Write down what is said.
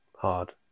Hard